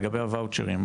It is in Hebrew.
לגבי הוואוצ'רים,